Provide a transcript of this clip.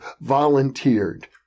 volunteered